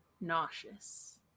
nauseous